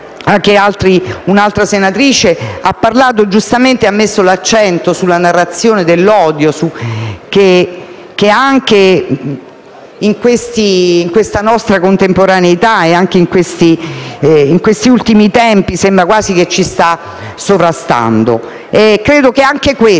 un'altra senatrice ha giustamente messo l'accento sulla narrazione dell'odio, che in questa nostra contemporaneità e negli ultimi tempi sembra quasi ci stia sovrastando. Credo che anche questo